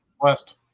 West